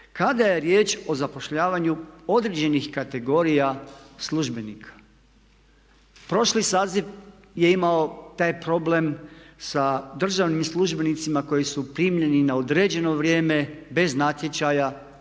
kada je riječ o zapošljavanju određenih kategorija službenika. Prošli saziv je imao taj problem sa državnim službenicima koji su primljeni na određeno vrijeme bez natječaja